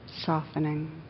softening